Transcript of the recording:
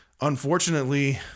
unfortunately